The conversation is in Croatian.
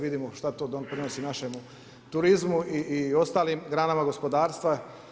Vidimo što to donosi našemu turizmu i ostalim granam gospodarstva.